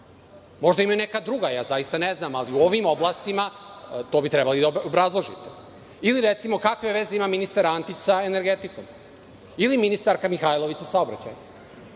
Možda imaju neka druga, zaista ne znam, ali u ovim oblastima to bi trebalo da obrazložite. Ili, recimo, kakve veze ima ministar Antić sa energetikom? Ili ministarka Mihajlović sa saobraćajem?